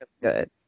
good